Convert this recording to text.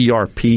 ERP